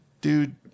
dude